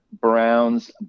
Browns